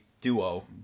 duo